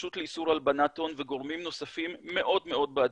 רשות לאיסור הלבנת הון וגורמים נוספים מאוד מאוד באדיקות,